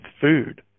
food